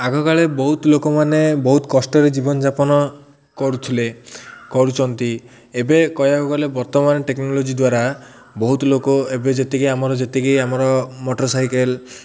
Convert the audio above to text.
ଆଗକାଳେ ବହୁତ ଲୋକମାନେ ବହୁତ କଷ୍ଟରେ ଜୀବନଯାପନ କରୁଥିଲେ କରୁଛନ୍ତି ଏବେ କହିବାକୁ ଗଲେ ବର୍ତ୍ତମାନ ଟେକ୍ନୋଲୋଜି ଦ୍ୱାରା ବହୁତ ଲୋକ ଏବେ ଯେତିକି ଆମର ଯେତିକି ଆମର ମଟରସାଇକେଲ୍